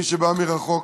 מי שבא מרחוק,